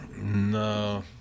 No